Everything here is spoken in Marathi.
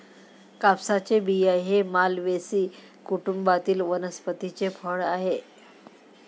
कापसाचे बिया हे मालवेसी कुटुंबातील वनस्पतीचे फळ आहे